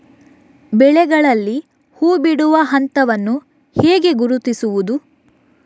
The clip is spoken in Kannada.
ಬೆಳೆಗಳಲ್ಲಿ ಹೂಬಿಡುವ ಹಂತವನ್ನು ಹೇಗೆ ಗುರುತಿಸುವುದು?